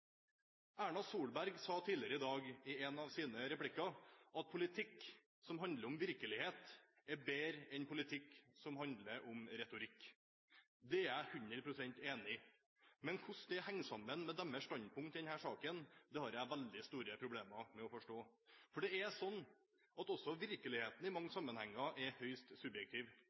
Erna Solberg sa tidligere i dag i en av sine replikker at politikk som handler om virkelighet, er bedre enn politikk som handler om retorikk. Det er jeg 100 pst. enig i, men hvordan det henger sammen med deres standpunkt i denne saken, det har jeg veldig store problemer med å forstå, for det er sånn at også virkeligheten i mange sammenhenger er høyst subjektiv.